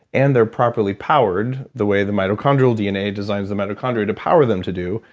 and they're properly powered the way the mitochondrial dna designs the mitochondria to power them to do,